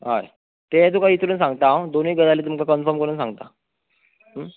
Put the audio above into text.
हय ते तुमकां विचरून सांगता हांव दोनूय गजाली कनफम करुन सांगतां